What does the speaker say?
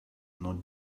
not